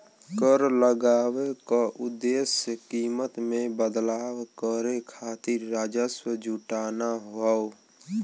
कर लगाये क उद्देश्य कीमत में बदलाव करे खातिर राजस्व जुटाना हौ